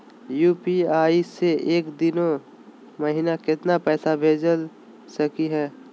UPI स एक दिनो महिना केतना पैसा भेज सकली हे?